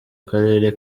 karere